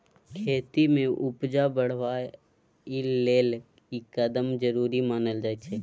खेती में उपजा बढ़ाबइ लेल ई कदम जरूरी मानल जाइ छै